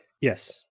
Yes